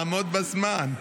לעמוד בזמן.